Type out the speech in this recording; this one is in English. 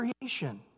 creation